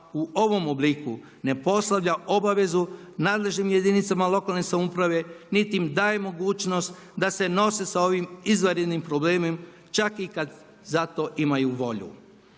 u ovom obliku ne postavlja obavezu nadležnim jedinica lokalne samouprave niti im daje mogućnost da se nose sa ovim izvanrednim problemom čak i kad za to imaju volju.